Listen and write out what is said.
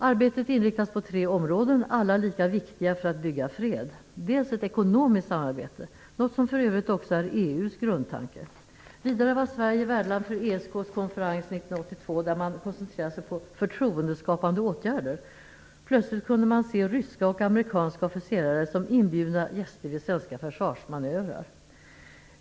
Arbetet inriktas på tre områden, alla lika viktiga för att bygga fred. Först har vi ekonomiskt samarbete, något som för övrigt också är EU:s grundtanke. Vidare har vi förtroendeskapande åtgärder. Sverige var år 1982 värdland för ESK:s konferens där man koncentrerade sig på just detta. Plötsligt kunde man se ryska och amerikanska officerare som inbjudna gäster vid svenska försvarsmanövrar!